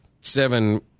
seven